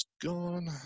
gone